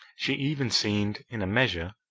she even seemed, in a measure,